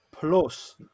Plus